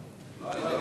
נתקבלה.